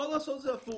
או לעשות את זה הפוך.